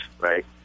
right